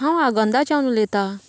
हांव आंगोंदाच्यान उलयतां